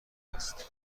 است